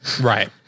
Right